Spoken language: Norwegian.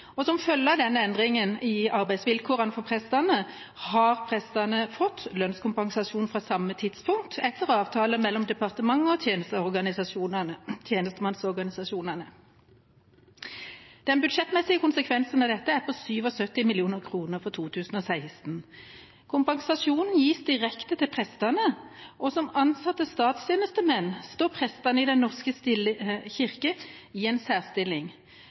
2015. Som følge av den endringen i arbeidsvilkårene for prestene har prestene fått lønnskompensasjon fra samme tidspunkt etter avtale mellom departementet og tjenestemannsorganisasjonene. Den budsjettmessige konsekvensen av dette er på 77 mill. kr for 2016. Kompensasjonen gis direkte til prestene. Og som ansatte statstjenestemenn står prestene i Den norske kirke i en særstilling.